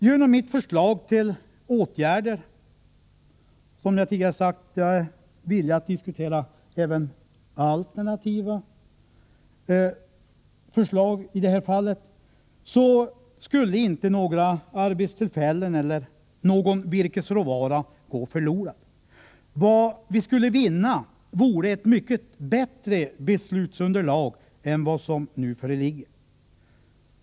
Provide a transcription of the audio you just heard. Genom mitt förslag till åtgärder — som jag tidigare sagt är jag villig att diskutera även alternativa förslag — skulle inte några arbetstillfällen eller någon virkesråvara gå förlorad. Vad vi skulle vinna vore ett mycket bättre beslutsunderlag än det som nu föreligger.